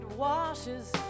washes